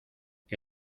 que